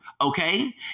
okay